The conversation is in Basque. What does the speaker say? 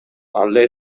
alde